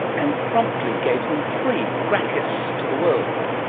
and promptly gave them free, gratis, to the world.